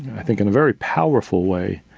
i think in a very powerful way,